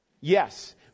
Yes